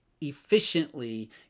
efficiently